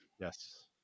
yes